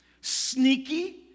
sneaky